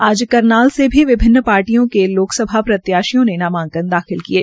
आज करनाल मे भी विभिन्न पार्टियों के लोकसभा प्रत्याशियों ने नामांकन दाखिल किये